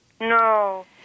No